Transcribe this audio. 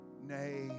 Nay